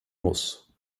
muss